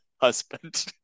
husband